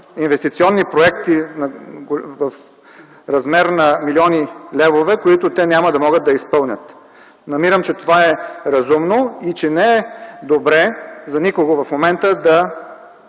инвестиционни проекти в размер на милиони левове, които те няма да могат да изпълнят. Намирам, че това е разумно и че не е добре и за никого в момента да